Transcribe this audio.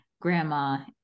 grandma